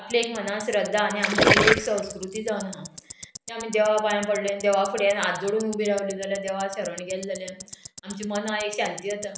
आपली एक मना श्रद्धा आनी आमची एक संस्कृती जावन आहा तें आमी देवा पांय पडलें देवा फुडें आजोडून उबी रावलें जाल्यार देवा सरण गेलें जाल्यार आमची मनां एक शांती जाता